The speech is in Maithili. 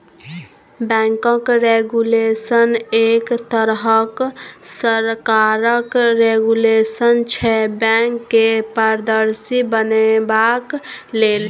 बैंकक रेगुलेशन एक तरहक सरकारक रेगुलेशन छै बैंक केँ पारदर्शी बनेबाक लेल